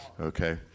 okay